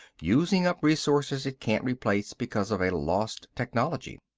using up resources it can't replace because of a lost technology.